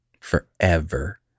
forever